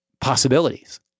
possibilities